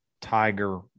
Tiger